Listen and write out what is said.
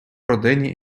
родині